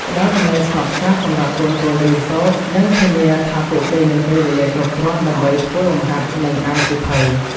ផ្តល់កន្លែងស្ងប់ស្ងាត់សម្រាប់កូនៗរៀនសូត្រ និងធានាថាពួកគេមានពេលវេលាគ្រប់គ្រាន់ដើម្បីធ្វើលំហាត់ និងអានសៀវភៅ។